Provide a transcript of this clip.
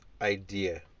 idea